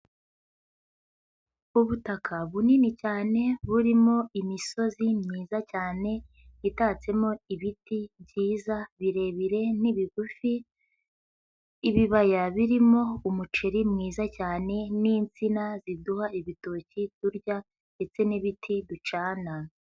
Ubutaka bunini cyane burimo imisozi myiza cyane itatsemo ibiti byiza, birebire n'ibigufi, ibibaya birimo umuceri mwiza cyane n'insina ziduha ibitoki turya ndetse n'ibiti ducana.